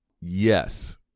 Yes